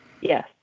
Yes